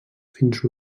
fins